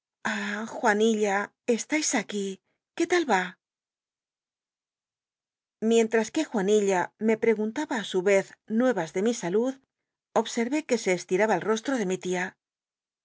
juanilla cstais aquí qué tal ni mientms que juanilla mt preguntaba í su rrz nueras de mi salud obstr é que sr r'tiraba clr'u tro de mi tia